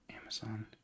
Amazon